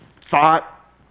thought